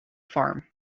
farm